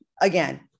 again